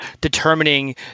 determining